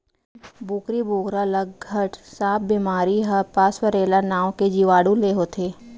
बोकरी बोकरा ल घट सांप बेमारी ह पास्वरेला नांव के जीवाणु ले होथे